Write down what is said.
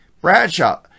Bradshaw